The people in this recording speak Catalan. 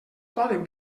poden